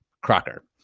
crocker